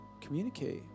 communicate